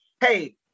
hey